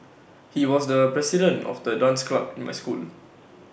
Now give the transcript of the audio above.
he was the president of the dance club in my school